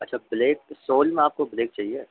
अच्छा black sole में आपको ब्लेक चाहिए